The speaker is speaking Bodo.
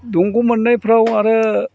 दंग' मोननायफ्राव आरो